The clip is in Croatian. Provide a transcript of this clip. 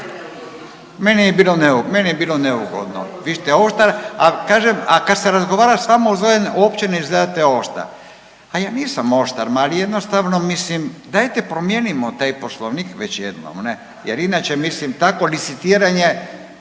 Meni je bilo neugodno,